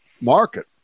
market